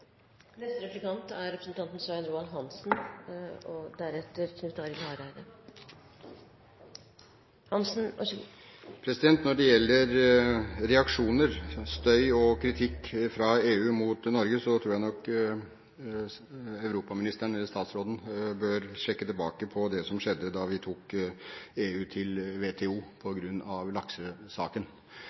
Når det gjelder reaksjoner, støy og kritikk fra EU mot Norge, så tror jeg nok at europaministeren, eller statsråden, bør sjekke det som skjedde da vi tok EU til WTO på grunn av laksesaken.